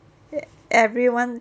everyone